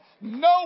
No